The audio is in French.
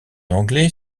anglais